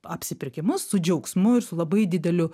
apsipirkimus su džiaugsmu ir su labai dideliu